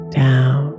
down